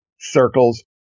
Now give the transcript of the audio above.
circles